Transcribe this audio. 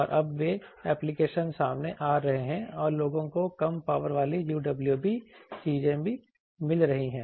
और अब वे एप्लिकेशन सामने आ रहे हैं और लोगों को कम पावर वाली UWB चीजें भी मिल रही हैं